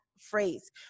phrase